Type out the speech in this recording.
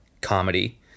comedy